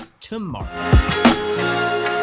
tomorrow